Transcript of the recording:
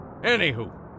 Anywho